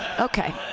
okay